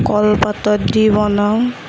কলপাতত দি বনাওঁ